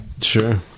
Sure